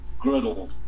griddle